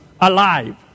alive